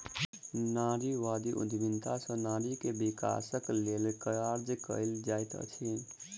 नारीवादी उद्यमिता सॅ नारी के विकासक लेल काज कएल जाइत अछि